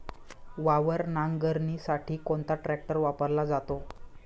वावर नांगरणीसाठी कोणता ट्रॅक्टर वापरला जातो?